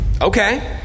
Okay